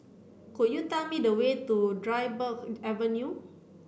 could you tell me the way to Dryburgh Avenue